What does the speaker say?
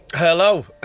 Hello